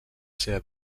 seva